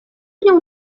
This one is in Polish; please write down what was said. nią